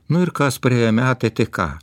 nu ir kas praėjo metai tai ką